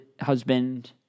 husband